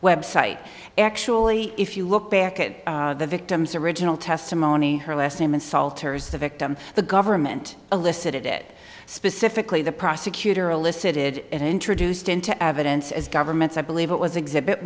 website actually if you look back at the victim's original testimony her last name assaulters the victim the government elicited it specifically the prosecutor elicited and introduced into evidence as governments i believe it was exhibit